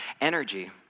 energy